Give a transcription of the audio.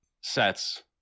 sets